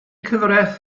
cyfraith